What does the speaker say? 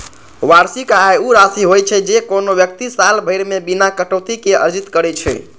वार्षिक आय ऊ राशि होइ छै, जे कोनो व्यक्ति साल भरि मे बिना कटौती के अर्जित करै छै